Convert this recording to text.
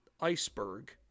iceberg